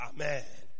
Amen